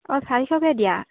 অঁ চাৰিশকৈ দিয়া